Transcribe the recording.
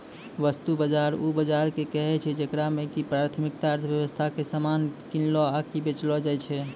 वस्तु बजार उ बजारो के कहै छै जेकरा मे कि प्राथमिक अर्थव्यबस्था के समान किनलो आकि बेचलो जाय छै